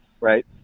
right